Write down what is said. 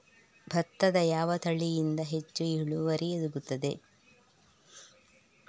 ಭತ್ತದ ಯಾವ ತಳಿಯಿಂದ ಹೆಚ್ಚು ಇಳುವರಿ ಸಿಗುತ್ತದೆ?